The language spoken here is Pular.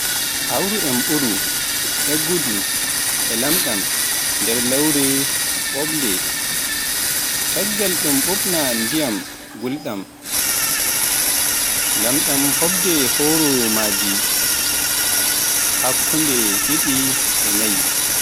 Hawru e mburu, eggudu, e lamɗam e nder lowre ɓuuɓnde, caggal ɗuum ɓuuɓna e ndiyam ngulɗam, lamɗam fotde hojomaaji ɗiɗi-nay.